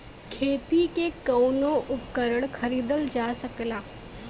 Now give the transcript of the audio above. खेती के कउनो उपकरण खरीदल जा सकला